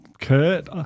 Kurt